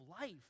life